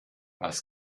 was